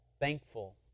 thankful